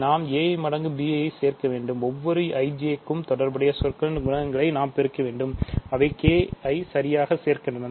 நாம் ai மடங்கு bj ஐ சேர்க்க வேண்டும்ஒவ்வொரு i j க்கும் தொடர்புடைய சொற்களின் குணகங்களைநாம் பெருக்க வேண்டும்அவை k ஐ சரியாக சேர்க்கின்றன